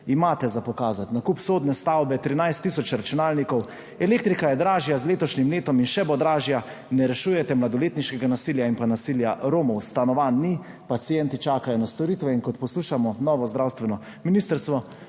imate za pokazati – nakup sodne stavbe, 13 tisoč računalnikov, elektrika je dražja z letošnjim letom in še bo dražja, ne rešujete mladoletniškega nasilja in nasilja Romov, stanovanj ni, pacienti čakajo na storitve in, kot poslušamo novo zdravstveno ministrstvo,